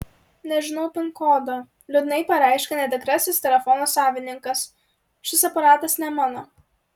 nežinau pin kodo liūdnai pareiškia netikrasis telefono savininkas šis aparatas ne mano